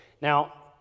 Now